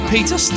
Peter